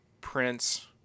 Prince